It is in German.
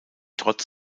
trotz